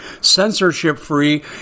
censorship-free